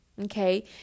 Okay